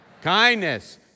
kindness